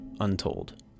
Untold